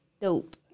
dope